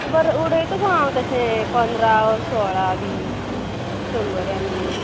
बरें उडयतां गो हांव तशें पंदरा सोळा बी शंबरानी